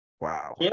Wow